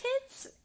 kids